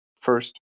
first